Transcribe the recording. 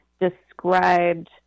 described